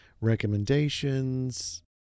recommendations